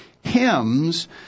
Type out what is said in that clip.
hymns